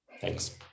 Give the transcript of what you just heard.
thanks